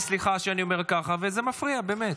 וסליחה, שאני אומר את זה ככה, זה מפריע, באמת.